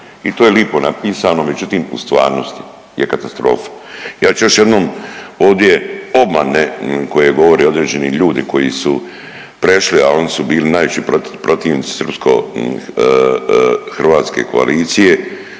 i to je lipo napisano, međutim u stvarnosti je katastrofa. Ja ću još jednom ovdje obmane koje govore određeni ljudi koji su prešli, a oni su bili najveći protivnici srpsko-hrvatske koalicije,